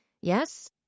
Yes